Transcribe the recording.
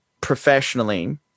professionally